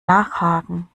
nachhaken